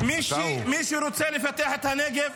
מי שרוצה לפתח את הנגב,